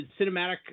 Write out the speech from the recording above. cinematic